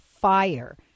fire